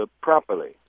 properly